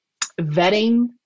vetting